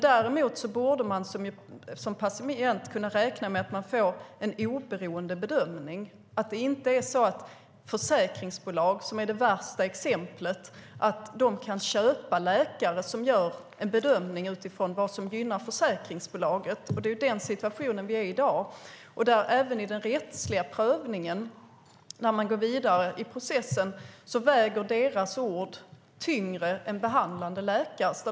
Däremot borde man som patient kunna räkna med att man får en oberoende bedömning, så att inte försäkringsbolag kan köpa läkare som gör en bedömning utifrån vad som gynnar bolaget, vilket är det värsta exemplet. Det är den situationen som råder i dag. Även i den rättsliga prövningen när man går vidare i processen väger deras ord tyngre än behandlande läkares.